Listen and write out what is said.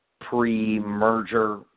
pre-merger